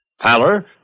Pallor